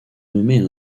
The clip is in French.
nommés